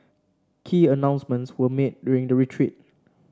key announcements were made during the retreat